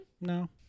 No